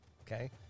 okay